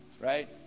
right